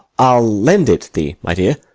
i'll lend it thee, my dear,